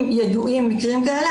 אם ידועים מקרים כאלה,